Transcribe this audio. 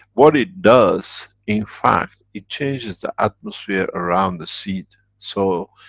what it does in fact, it changes the atmosphere around the seed so.